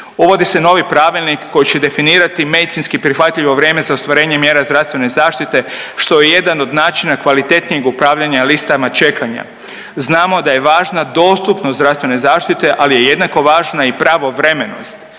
Uvodi se novi pravilnik koji će definirati medicinski prihvatljivo vrijeme za ostvarenje mjera zdravstvene zaštite što je jedan od načina kvalitetnijeg upravljanja listama čekanja. Znamo da je važna dostupnost zdravstvene zaštite, ali je jednako važna i pravovremenost.